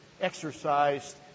exercised